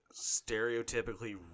stereotypically